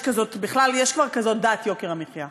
בכלל, יש כבר כזאת דת יוקר המחיה.